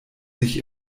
sich